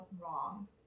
wrong